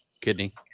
kidney